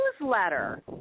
newsletter